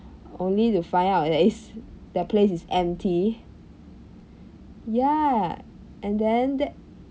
only to find out that it's the place is empty ya and then that